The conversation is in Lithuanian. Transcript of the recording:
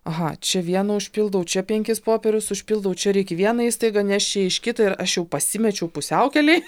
aha čia vieną užpildau čia penkis popierius užpildau čia reik į vieną įstaigą nešt čia iš kita ir aš jau pasimečiau pusiaukelėj